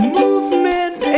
movement